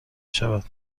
شود